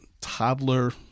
toddler